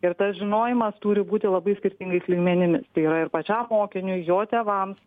ir tas žinojimas turi būti labai skirtingais lygmenimis tai yra ir pačiam mokiniui jo tėvams